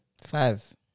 Five